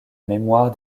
mémoire